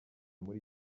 muri